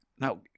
Now